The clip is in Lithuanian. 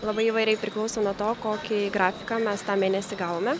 labai įvairiai priklauso nuo to kokį grafiką mes tą mėnesį gavome